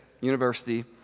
University